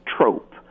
trope